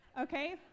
Okay